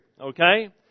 Okay